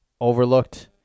overlooked